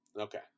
Okay